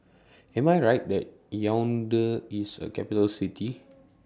Am I Right that Yaounde IS A Capital City